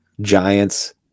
Giants